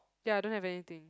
ya I don't have anything